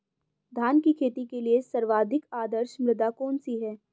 धान की खेती के लिए सर्वाधिक आदर्श मृदा कौन सी है?